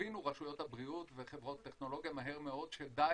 הבינו רשויות הבריאות וחברות הטכנולוגיה מהר מאוד שדי